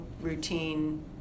routine